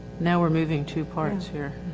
now we're moving two parts here.